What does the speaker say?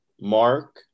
Mark